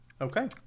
Okay